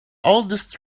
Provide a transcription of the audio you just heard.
oldest